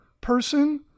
person